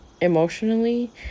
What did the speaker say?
emotionally